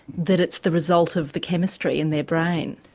that it's the result of the chemistry in their brain,